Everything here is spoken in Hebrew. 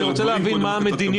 אני רוצה להבין מה המדיניות.